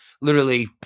literally-